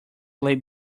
lay